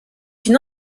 une